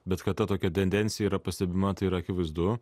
bet kad tokia tendencija yra pastebima tai yra akivaizdu